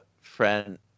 friend